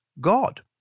God